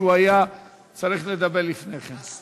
שהיה צריך לדבר לפני כן.